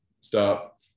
stop